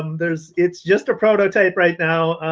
um there's it's just a prototype right now.